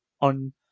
on